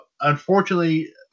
Unfortunately